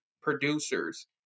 producers